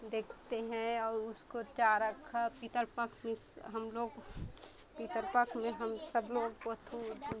देखते हैं और उसको चारा ख पितर पख मिस हम लोग पितर पख में हम सब लोग ओथु ओथु